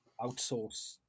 outsource